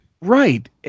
Right